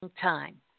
time